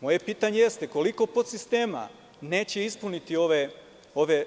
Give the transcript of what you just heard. Moje pitanje jeste – koliko podsistema neće ispuniti ove